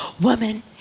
Woman